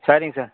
சரிங் சார்